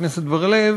חבר הכנסת בר-לב,